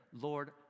Lord